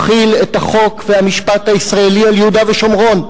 את החוק והמשפט הישראלי על יהודה ושומרון,